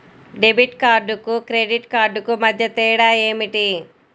Debit కార్డుకు credit కార్డుకు మధ్య తేడా ఏమిటీ?